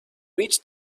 reached